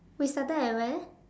we started at where